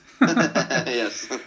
Yes